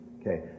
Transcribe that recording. Okay